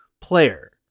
player